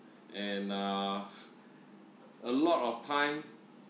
and err a lot of time